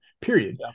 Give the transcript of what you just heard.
period